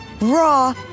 raw